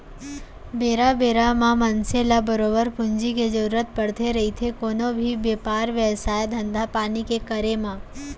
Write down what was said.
बेरा बेरा म मनसे ल बरोबर पूंजी के जरुरत पड़थे रहिथे कोनो भी बेपार बेवसाय, धंधापानी के करे म